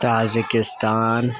Tajikistan